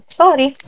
sorry